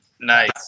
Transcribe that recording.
nice